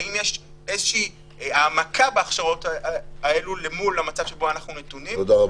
האם יש איזושהי העמקה בהכשרות האלו למול המצב שבו אנחנו נתונים?